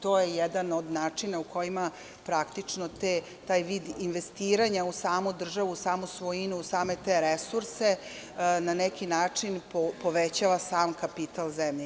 To je jedan od načina u kojima praktično taj vid investiranja u samu državu, u samu svojinu, u same te resurse, na neki način povećava sam kapital zemlje.